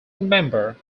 member